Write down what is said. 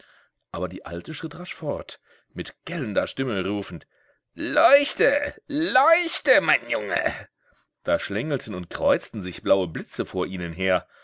aber die alte schritt rasch fort mit gellender stimme rufend leuchte leuchte mein junge da schlängelten und kreuzten sich blaue blitze vor ihnen her